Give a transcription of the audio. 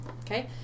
Okay